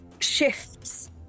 shifts